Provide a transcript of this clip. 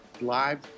live